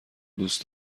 دوست